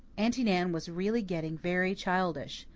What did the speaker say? aunty nan was really getting very childish,